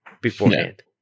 beforehand